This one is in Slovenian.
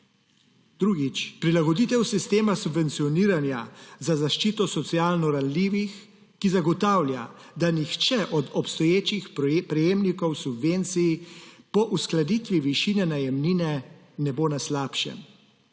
Drugič. Prilagoditev sistema subvencioniranja za zaščito socialno ranljivih, ki zagotavlja, da nihče od obstoječih prejemnikov subvencij po uskladitvi višine najemnine ne bo na slabšem.